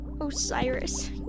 Osiris